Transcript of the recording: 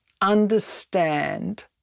understand